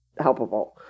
helpable